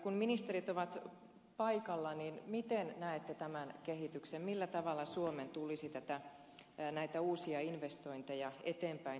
kun ministerit ovat paikalla miten näette tämän kehityksen millä tavalla suomen tulisi uusia investointeja eteenpäin viedä